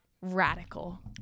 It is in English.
radical